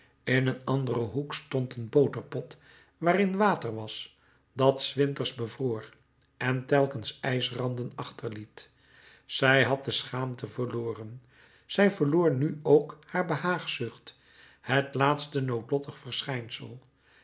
in een anderen hoek stond een boterpot waarin water was dat s winters bevroor en telkens ijsranden achterliet zij had de schaamte verloren zij verloor nu ook haar behaagzucht het laatste noodlottig verschijnsel